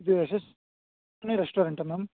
ಇದು ಯಶಸ್ವಿನಿ ರೆಸ್ಟೋರೆಂಟಾ ಮ್ಯಾಮ್